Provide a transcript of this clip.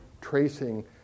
tracing